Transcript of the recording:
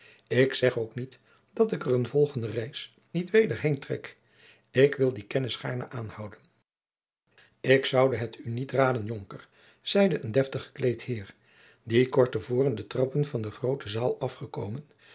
ik zeg ook niet dat ik er een volgende reis niet weder heen trek ik wil die kennis gaarne aanhouden jacob van lennep de pleegzoon ik zoude het u niet raden jonker zeide een deftig gekleed heer die kort te voren de trappen van de groote zaal afgekomen